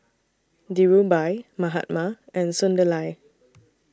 Dhirubhai Mahatma and Sunderlal